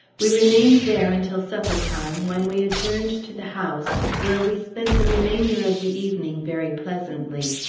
we remained there until supper-time, when we adjourned to the house, where we spent the remainder of the evening very pleasantly.